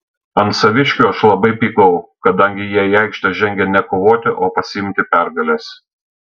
ant saviškių aš labai pykau kadangi jie į aikštę žengė ne kovoti o pasiimti pergalės